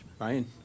Ryan